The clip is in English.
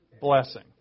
Blessing